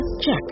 Check